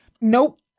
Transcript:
Nope